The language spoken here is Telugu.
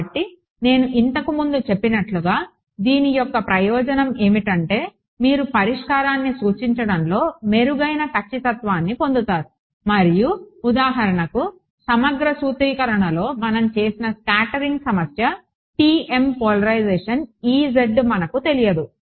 కాబట్టి నేను ఇంతకు ముందే చెప్పినట్లుగా దీని యొక్క ప్రయోజనం ఏమిటంటే మీరు పరిష్కారాన్ని సూచించడంలో మెరుగైన ఖచ్చితత్వాన్ని పొందుతారు మరియు ఉదాహరణకు సమగ్ర సూత్రీకరణలో మనం చేసిన స్కాటరింగ్ సమస్య TM పోలరైజేషన్ మనకు తెలియదు